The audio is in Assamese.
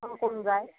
কোন কোন যায়